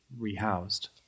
rehoused